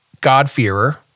God-fearer